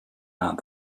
not